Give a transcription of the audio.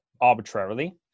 arbitrarily